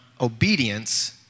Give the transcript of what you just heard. obedience